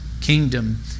kingdom